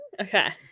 okay